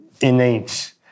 innate